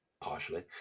partially